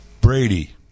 Brady